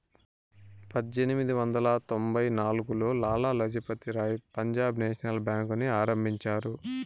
పజ్జేనిమిది వందల తొంభై నాల్గులో లాల లజపతి రాయ్ పంజాబ్ నేషనల్ బేంకుని ఆరంభించారు